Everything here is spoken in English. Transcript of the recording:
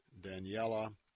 Daniela